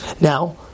Now